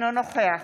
אינו נוכח